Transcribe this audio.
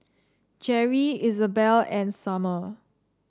Jerri Izabelle and Sommer